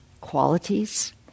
qualities